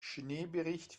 schneebericht